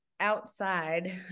outside